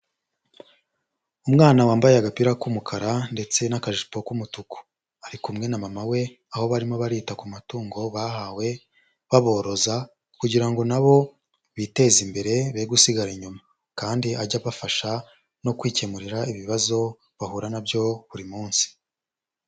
Umwana wambaye agapira k'umukara ndetse n'akajipo k'umutuku. Ari kumwe na mama we, aho barimo barita ku matungo bahawe, baboroza, kugira ngo na bo biteze imbere, be gusigara inyuma. Kandi ajye abafasha no kwikemurira ibibazo bahura na byo buri munsi.